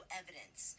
evidence